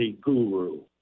guru